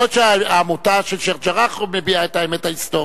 יכול להיות שהעמותה של שיח'-ג'ראח מביעה את האמת ההיסטורית.